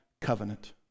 covenant